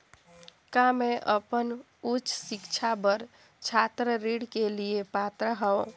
का मैं अपन उच्च शिक्षा बर छात्र ऋण के लिए पात्र हंव?